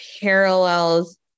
parallels